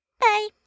Bye